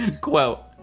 quote